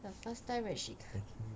the first time when she come